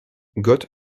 got